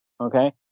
okay